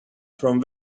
from